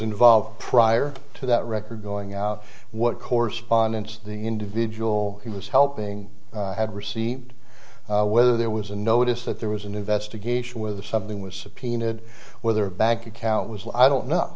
involved prior to that record going out what correspondence the individual he was helping had received whether there was a notice that there was an investigation with something was subpoenaed whether a bank account was i don't know